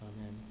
Amen